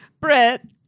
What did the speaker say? Brett